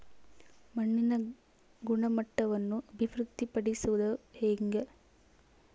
ಮಣ್ಣಿನ ಗುಣಮಟ್ಟವನ್ನು ಅಭಿವೃದ್ಧಿ ಪಡಿಸದು ಹೆಂಗೆ?